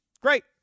Great